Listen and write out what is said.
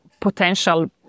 potential